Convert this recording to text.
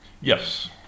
Yes